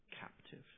captive